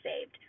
saved